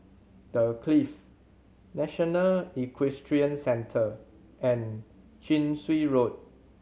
The Clift National Equestrian Centre and Chin Swee Road